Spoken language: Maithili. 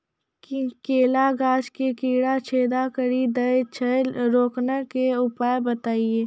केला गाछ मे कीड़ा छेदा कड़ी दे छ रोकने के उपाय बताइए?